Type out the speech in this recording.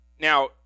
Now